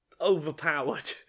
overpowered